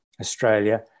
Australia